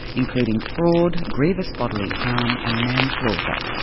including fraud, grievous bodily harm and manslaughter.